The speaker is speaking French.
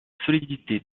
solidité